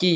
कि